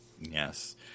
Yes